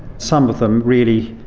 some of them really,